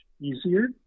easier